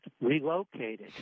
relocated